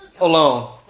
alone